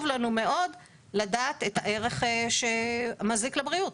לנו מאוד לדעת את הערך שמזיק לבריאות.